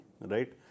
right